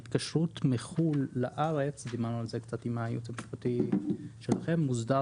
נושא ההתקשרות לארץ מחוץ לארץ מוסדר